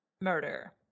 murder